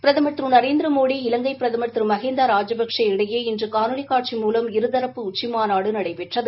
பிரதமர் திரு நரேந்திரமோடி இலங்கை பிரதமர் திரு மகிந்தா ராஜபக்ஷே இடையே இன்று காணொலி காட்சி மூலம் இருதரப்பு உச்சிமாநாடு நடைபெற்றது